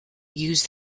use